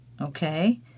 okay